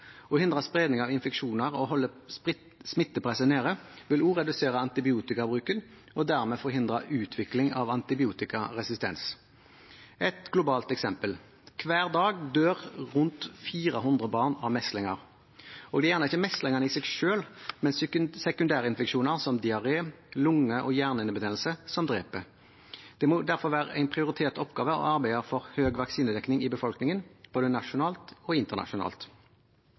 Å hindre spredning av infeksjoner og å holde smittepresset nede vil også redusere antibiotikabruken og dermed forhindre utvikling av antibiotikaresistens. Et globalt eksempel: Hver dag dør rundt 400 barn av meslinger. Det er gjerne ikke meslingene i seg selv, men sekundærinfeksjoner som diaré, lungebetennelse og hjernehinnebetennelse som dreper. Det må derfor være en prioritert oppgave å arbeide for høy vaksinedekning i befolkningen, både nasjonalt og internasjonalt.